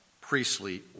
priestly